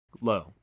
low